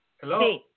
Hello